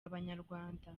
abanyarwanda